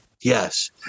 Yes